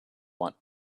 want